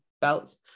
belts